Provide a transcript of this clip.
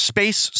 Space